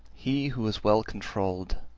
he who is well controlled,